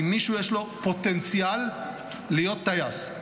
אם מישהו יש לו פוטנציאל להיות טייס,